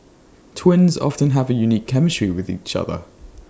twins often have A unique chemistry with each other